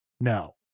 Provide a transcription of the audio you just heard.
No